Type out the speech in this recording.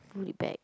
put it back